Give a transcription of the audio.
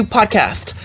Podcast